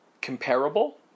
comparable